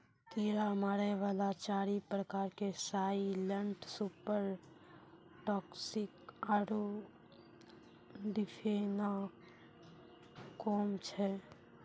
कीड़ा मारै वाला चारि प्रकार के साइलेंट सुपर टॉक्सिक आरु डिफेनाकौम छै